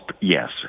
yes